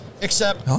except-